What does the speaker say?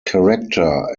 character